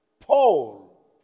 Paul